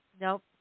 Nope